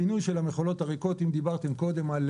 הפינוי של המכולות הריקות אם דיברתם קודם על